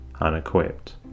unequipped